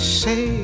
say